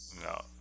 No